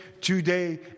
today